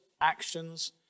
actions